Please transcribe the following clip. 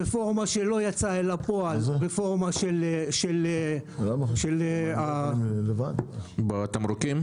רפורמה שלא יצאה אל הפועל --- אני מציע שיזמינו אותך לוועדה המצומצמת,